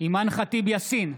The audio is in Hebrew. אימאן ח'טיב יאסין,